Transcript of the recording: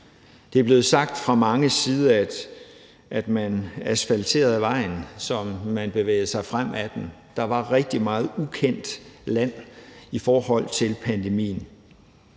Det er blevet sagt fra manges side, at man asfalterede vejen, som man bevægede sig frem ad den. Der var rigtig meget ukendt land i forhold til pandemien.